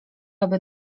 aby